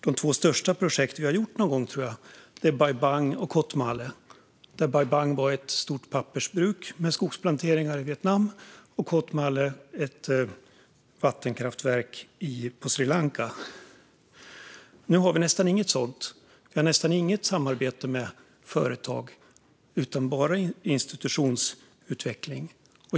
De två största projekt vi någonsin har gjort är Bai Bang och Kotmale. Bai Bang var ett stort pappersbruk med skogsplanteringar i Vietnam, och Kotmale var ett vattenkraftverk i Sri Lanka. Nu har vi nästan inget sådant. Vi har nästan inget samarbete med företag utan inriktar oss bara på institutionsutveckling.